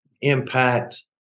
impact